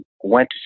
went